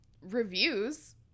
reviews